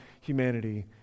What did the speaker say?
humanity